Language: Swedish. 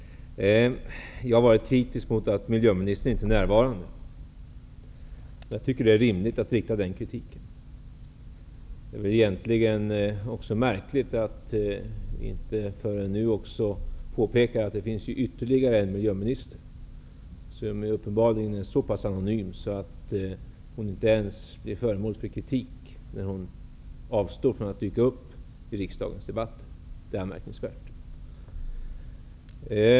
Jag är kritisk mot att miljöministern inte är närvarande. Jag tycker att det är rimligt att komma med den kritiken. Det är märkligt att det inte förrän nu har påpekats att vi har ytterligare en miljöminister, som uppenbarligen är så pass anonym att hon inte ens blir föremål för kritik när hon avstår från att dyka upp på riksdagens debatt. Det är anmärkningsvärt.